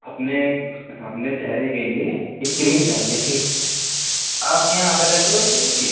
اپنے اپنے چہرے کے لیے ایک کریم چاہیے تھی آپ کے یہاں اویلیبل ہوگی وہ چیز